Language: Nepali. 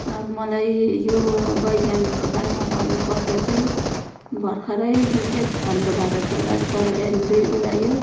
अब मलाई यो वैज्ञानिकको बारेमा भन्नु पर्दा चाहिँ भर्खरै जुन चाहिँ हाम्रो भारतबाट चन्द्रयान दुई उडायो